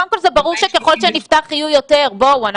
קודם כל זה ברור שככל שנפתח יהיו יותר בואו,